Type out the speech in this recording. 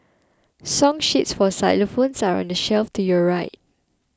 song sheets for xylophones are on the shelf to your right